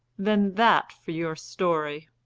then that for your story!